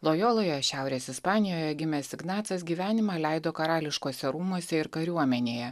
lojoloje šiaurės ispanijoje gimęs ignacas gyvenimą leido karališkuose rūmuose ir kariuomenėje